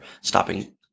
stopping